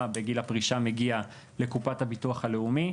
בגיל הפרישה מגיע לקופת הביטוח הלאומי.